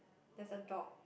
there's a dog